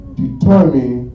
determine